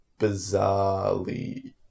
bizarrely